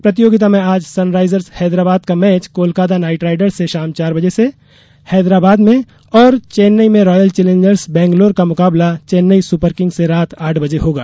प्रतियोगिता में आज सनरॉइजर्स हैदराबाद का मैच कोलकाता नाइट राइडर्स से शाम चार बजे से हैदराबाद में और चैन्नई में रॉयल चैलेंजर्स बैंगलोर का मुकाबला चैन्नई सुपर किंग्स से रात आठ बजे होगा